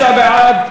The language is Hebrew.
56 בעד,